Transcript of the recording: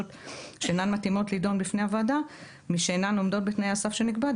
שאינן מתאימות להידון בפני הוועדה משאינן עומדות בתנאי הסף שנקבעו,